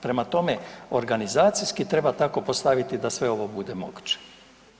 Prema tome, organizacijski treba tako postaviti da sve ovo bude moguće.